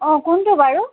অ' কোনটো বাৰু